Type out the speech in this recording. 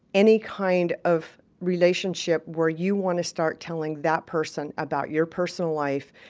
any kind of relationship where you want to start telling that person about your personal life.